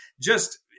Just-